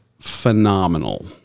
phenomenal